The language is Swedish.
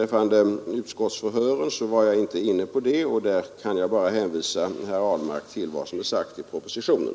F an om utskottsförhör tog jag inte upp i mitt anförande, men jag vill hänvisa herr Ahlmark till vad som står i propositionen.